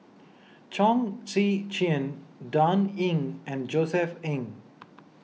Chong Tze Chien Dan Ying and Josef Ng